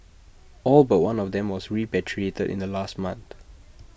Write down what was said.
all but one of them were repatriated in last month